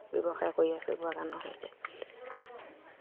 ব্যৱসায় কৰি আছো বাগানত